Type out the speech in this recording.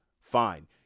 fine